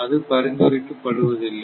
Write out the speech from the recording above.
அது பரிந்துரைக்கப்படுவதில்லை